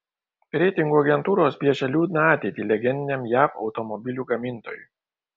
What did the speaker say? reitingų agentūros piešia liūdną ateitį legendiniam jav automobilių gamintojui